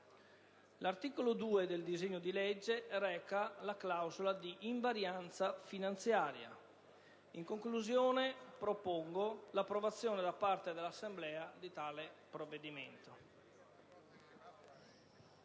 L'articolo 2 del disegno di legge reca la clausola di invarianza finanziaria. In conclusione, propongo l'approvazione da parte dell'Assemblea di tale provvedimento.